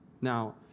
Now